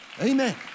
Amen